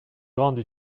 grande